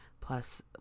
plus